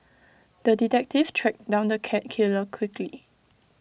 the detective tracked down the cat killer quickly